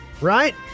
Right